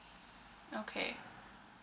okay